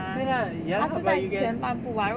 对啦 ya but you can